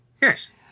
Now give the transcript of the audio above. yes